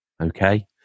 okay